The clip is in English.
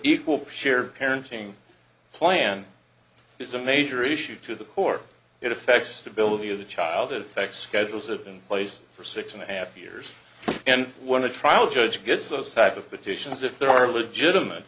equal share parenting plan is a major issue to the core it affects the ability of the child it affects schedules have been placed for six and a half years and when a trial judge gets those type of petitions if there are legitimate